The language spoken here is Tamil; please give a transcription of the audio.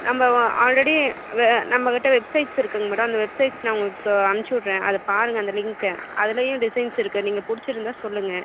நம்ம வ ஆல்ரெடி வெ நம்மக்கிட்ட வெப்சைட்ஸ் இருக்குதுங்க மேடம் அந்த வெப்சைட்ஸ் நான் உங்களுக்கு சொ அனுப்பிச்சிவுட்றேன் அதை பாருங்க அந்த லிங்க்கை அதுலேயும் டிசைன்ஸ் இருக்குது நீங்கள் பிடிச்சிருந்தா சொல்லுங்கள்